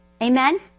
Amen